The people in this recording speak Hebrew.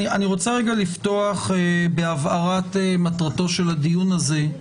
אני רוצה לפתוח בהבהרת מטרתו של הדיון הזה,